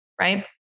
right